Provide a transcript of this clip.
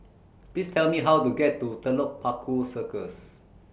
Please Tell Me How to get to Telok Paku Circus